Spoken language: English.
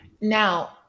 Now